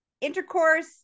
intercourse